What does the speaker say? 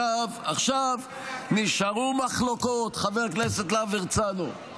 נשארו מחלוקות, חבר הכנסת להב הרצנו,